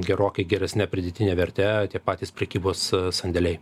gerokai geresne pridėtine verte tie patys prekybos sandėliai